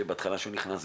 בהתחלה שהוא נכנס,